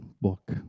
book